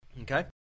Okay